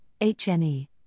HNE